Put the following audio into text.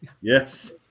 yes